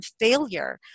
failure